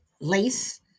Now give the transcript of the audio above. lace